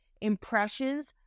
impressions